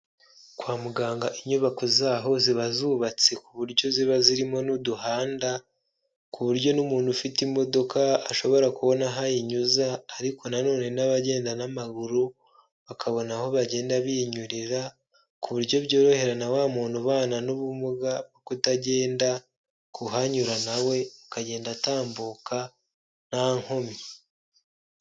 Kwa muganga inyubako zaho ziba zubatse ku buryo ziba zirimo n'uduhanda ku buryo n'umuntu ufite imodoka ashobora kubona aho ayinyuza ariko nanone n'abagenda n'amaguru bakabona aho bagenda binyurira ku buryo byorohera na wa muntu ubana n'ubumuga bwo kutagenda kuhanyura nawe ukagenda atambuka nta nkomyi.